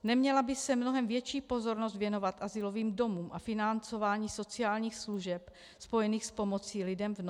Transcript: Neměla by se mnohem větší pozornost věnovat azylovým domům a financování sociálních služeb spojených s pomocí lidem v nouzi?